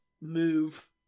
move